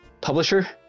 publisher